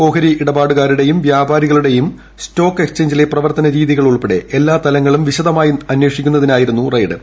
ഓഹരി ഇടപാടുകാരുടെയും വ്യാപാരികളുടെയും സ്റ്റോക്ക് എക്സ്ചേഞ്ചിലെ പ്രവർത്തന രീതികൾ ഉൾപ്പെടെ എല്ലാ തലങ്ങളും വിശദമായി അന്വേക്കുന്നതിനായിരുന്ന റെയ്ഡ്